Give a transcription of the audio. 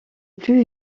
plus